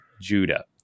Judah